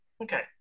Okay